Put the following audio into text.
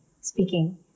speaking